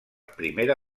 primera